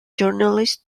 journalist